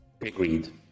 Agreed